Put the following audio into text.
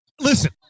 listen